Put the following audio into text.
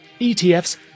ETFs